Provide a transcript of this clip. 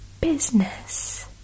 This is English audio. business